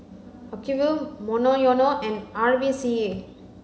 Acuvue Monoyono and R V C A